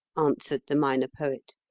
answered the minor poet,